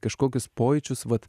kažkokius pojūčius vat